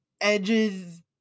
Edge's